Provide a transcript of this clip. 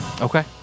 okay